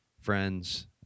friends